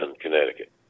Connecticut